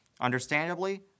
Understandably